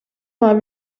mal